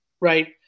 right